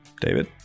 David